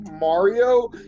Mario